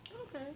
Okay